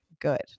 good